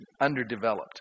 underdeveloped